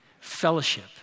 fellowship